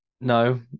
No